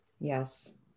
Yes